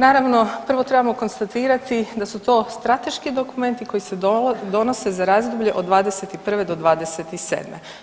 Naravno, prvo trebamo konstatirati da su to strateški dokumenti koji se donose za razdoblje od 2021.-2027.,